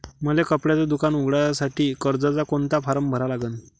मले कपड्याच दुकान उघडासाठी कर्जाचा कोनचा फारम भरा लागन?